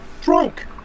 drunk